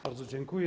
Bardzo dziękuję.